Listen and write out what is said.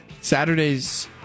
Saturday's